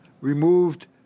removed